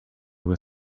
were